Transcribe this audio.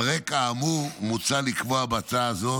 על רקע האמור, מוצע לקבוע בהצעת חוק זו,